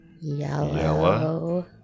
yellow